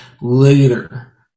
later